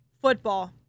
football